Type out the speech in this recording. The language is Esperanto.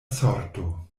sorto